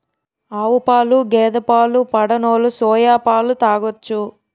ఆవుపాలు గేదె పాలు పడనోలు సోయా పాలు తాగొచ్చు